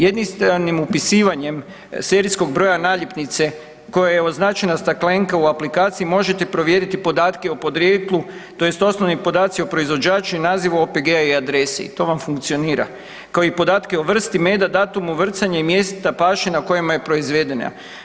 Jednostavnim upisivanjem serijskog broja naljepnice kojom je označena staklenka u aplikaciji možete provjeriti podatke o podrijetlu tj. osnovni podaci o proizvođaču i nazivu OPG-a i adresi i to vam funkcionira, kao i podatke o vrsti meda, datumu vrcanja i mjesta paše na kojima je proizvedena.